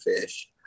fish